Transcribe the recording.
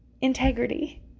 Integrity